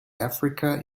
africa